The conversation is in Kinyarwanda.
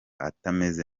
atameze